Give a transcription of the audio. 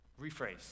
Rephrase